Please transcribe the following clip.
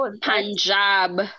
Punjab